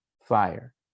fire